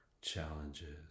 challenges